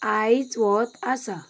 आयज वोत आसा